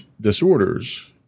disorders